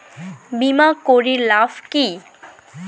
বিমা করির লাভ কি?